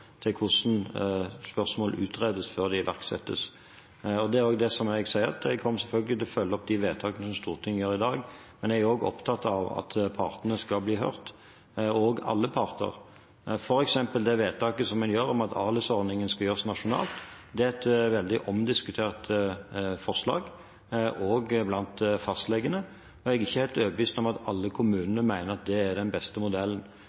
for hvordan spørsmål utredes, før det iverksettes. Det er slik jeg sier, at jeg selvfølgelig kommer til å følge opp de vedtakene som Stortinget gjør i dag, men jeg er også opptatt av at partene skal bli hørt – alle parter. For eksempel er det vedtaket en gjør om at ALIS-ordningen skal gjøres nasjonalt, et veldig omdiskutert forslag – også blant fastlegene – og jeg er ikke helt overbevist om at alle kommunene mener at det er den beste modellen.